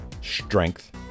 strength